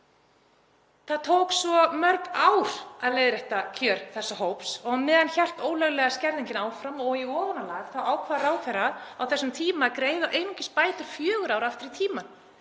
Það tók svo mörg ár að leiðrétta kjör þessa hóps. Á meðan hélt ólöglega skerðingin áfram og í ofanálag ákvað ráðherra á þessum tíma að greiða einungis bætur fjögur ár aftur í tímann